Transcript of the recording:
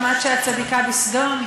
שמעת שאת צדיקה בסדום.